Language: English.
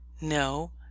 no